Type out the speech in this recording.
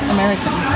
American